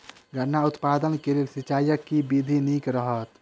गन्ना उत्पादन केँ लेल सिंचाईक केँ विधि नीक रहत?